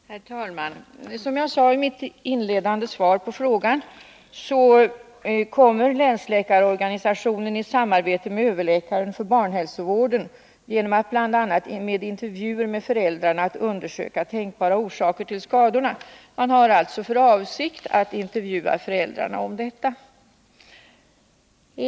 Herr talman! Som jag sade inledningsvis i mitt svar på frågan kommer länsläkarorganisationen att i samarbete med överläkaren för barnhälsovården genom bl.a. intervjuer med föräldrarna undersöka tänkbara orsaker till skadorna. Man har alltså för avsikt att intervjua föräldrarna om detta.